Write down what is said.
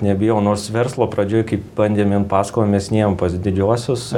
nebijau nors verslo pradžioj kai bandėm paskolą mes nėjom pas didžiuosius